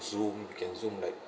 zoom can zoom like